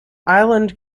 island